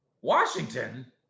Washington